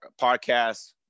podcast